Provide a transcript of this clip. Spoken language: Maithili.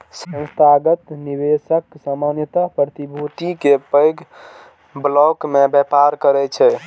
संस्थागत निवेशक सामान्यतः प्रतिभूति के पैघ ब्लॉक मे व्यापार करै छै